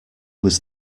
was